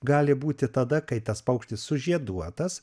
gali būti tada kai tas paukštis sužieduotas